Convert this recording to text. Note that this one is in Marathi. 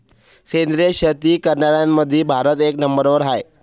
सेंद्रिय शेती करनाऱ्याईमंधी भारत एक नंबरवर हाय